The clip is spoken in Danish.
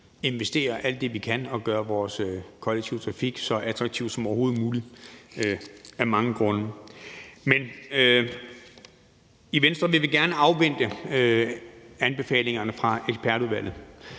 investere alt det, vi kan, og gøre vores kollektive trafik så attraktiv som overhovedet muligt af mange grunde. Men i Venstre vil vi gerne afvente anbefalingerne fra ekspertudvalget.